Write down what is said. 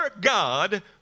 God